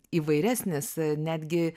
įvairesnis netgi